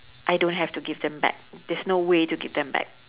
I don't have to give them back there's no way to give them back